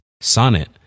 Sonnet